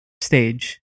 stage